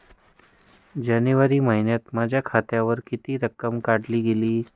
जानेवारी महिन्यात माझ्या खात्यावरुन किती रक्कम काढली गेली?